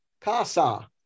Casa